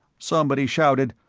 somebody shouted,